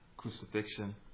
Crucifixion